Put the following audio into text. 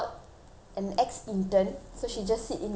so she just sit in the call with me to help me out lah